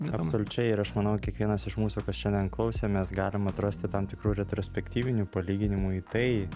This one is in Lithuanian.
absoliučiai ir aš manau kiekvienas iš mūsų kas šiandien klausė mes galim atrasti tam tikrų retrospektyvinių palyginimų į tai